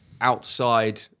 outside